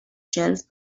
shelf